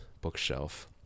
bookshelf